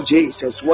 Jesus